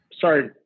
Sorry